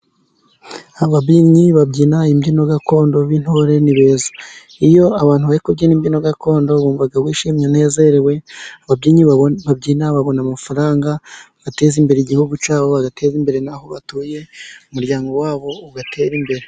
Ababyinnyi babyina imbyino gakondo b'intore ni beza. Iyo abantu bari kubyina imbyino gakondo, bumva bishimye banezerewe. Ababyinyi babyina, babona amafaranga, bagateza imbere igihugu cyabo, bagateze imbere n'aho batuye, umuryango wabo ugatere imbere.